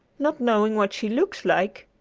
not knowing what she looks like,